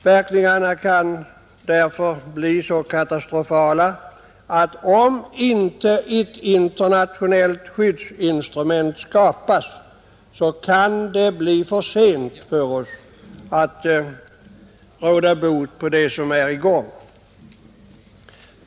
Verkningarna kan därför bli så katastrofala att det — om inte ett internationellt skyddsinstrument skapas — kan bli för sent för oss att råda bot på de skador som håller på att ske.